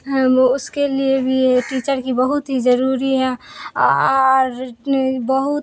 اس کے لیے بھی ٹیچر کی بہت ہی ضروری ہے اور بہت